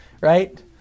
right